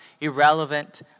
irrelevant